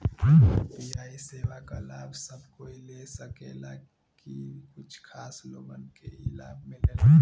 UPI सेवा क लाभ सब कोई ले सकेला की कुछ खास लोगन के ई लाभ मिलेला?